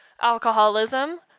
alcoholism